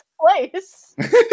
place